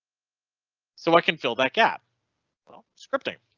so i can fill that gap but scripting.